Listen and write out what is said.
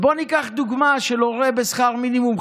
בואו ניקח דוגמה של הורה בשכר מינימום,